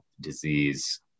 disease